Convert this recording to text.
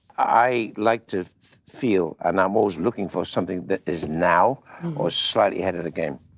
i like to feel, and i'm always looking for something that is now or slightly ahead of the game.